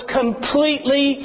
completely